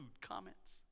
comments